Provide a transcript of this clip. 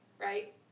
Right